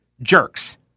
jerks